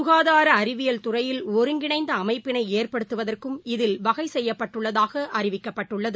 சுகாதார அறிவியலில் துறையில் ஒருங்கிணைந்த அமைப்பினை ஏற்படுத்துவதற்கும் இதில் வகை செய்யப்பட்டுள்ளதாக அறிவிக்கப்பட்டுள்ளது